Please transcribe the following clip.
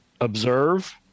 observe